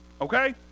okay